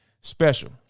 special